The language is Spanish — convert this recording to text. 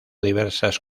diversas